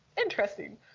interesting